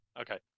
okay